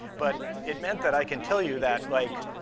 but it meant that i can tell you that, like,